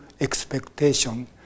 expectation